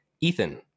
Ethan